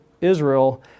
Israel